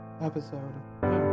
episode